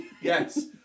yes